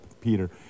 peter